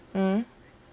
mm